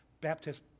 Baptist